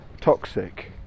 toxic